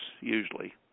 usually